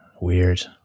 Weird